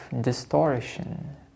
distortion